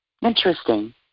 Interesting